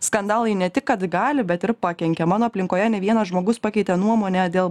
skandalai ne tik kad gali bet ir pakenkia mano aplinkoje ne vienas žmogus pakeitė nuomonę dėl